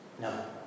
No